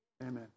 Amen